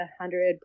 hundred